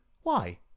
Why